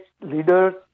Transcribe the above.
leaders